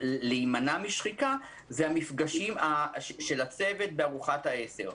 להימנע משחיקה זה המפגשים של הצוות בארוחת עשר.